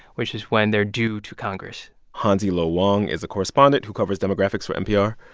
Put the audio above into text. which is when they're due to congress hansi lo wang is a correspondent who covers demographics for npr.